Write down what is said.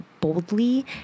boldly